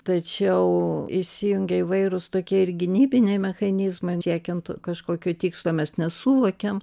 tačiau įsijungia įvairūs tokie ir gynybiniai mechanizmai siekiant kažkokio tikslo mes nesuvokiam